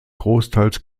großteils